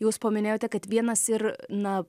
jūs paminėjote kad vienas ir na